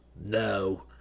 No